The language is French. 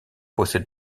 possède